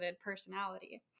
personality